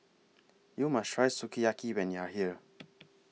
YOU must Try Sukiyaki when YOU Are here